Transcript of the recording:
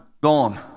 gone